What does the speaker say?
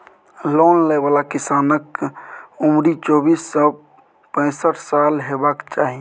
loan लय बला किसानक उमरि चौबीस सँ पैसठ साल हेबाक चाही